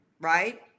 right